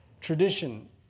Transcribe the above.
tradition